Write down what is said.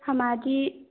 हमारी